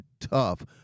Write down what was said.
Tough